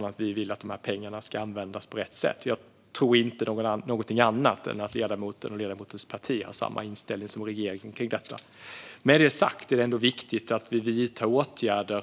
med att vi vill att pengarna ska användas på rätt sätt. Jag tror inte någonting annat än att ledamoten och ledamotens parti har samma inställning som regeringen i detta. Med det sagt är det ändå viktigt att vi vidtar åtgärder.